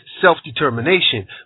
self-determination